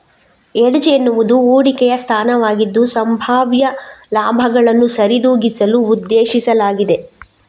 hedge ಎನ್ನುವುದು ಹೂಡಿಕೆಯ ಸ್ಥಾನವಾಗಿದ್ದು, ಸಂಭಾವ್ಯ ಲಾಭಗಳನ್ನು ಸರಿದೂಗಿಸಲು ಉದ್ದೇಶಿಸಲಾಗಿದೆ